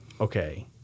okay